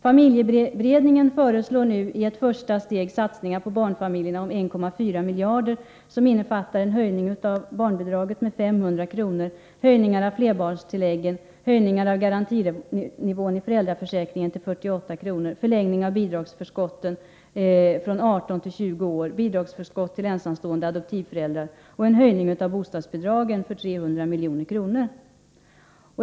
Familjeberedningen föreslår nu i ett första steg satsningar för barnfamiljerna på 1,4 miljarder som innefattar en höjning av barnbidraget med 500 kr., höjningar av flerbarnstilläggen, höjning av garantinivån i föräldraförsäkringen till 48 kr., en förlängning av bidragsförskottet från 18 till 20 år, bidragsförskott till ensamstående adoptivföräldrar och en höjning av bostadsbidragen för 300 milj.kr.